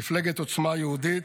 מפלגת עוצמה יהודית.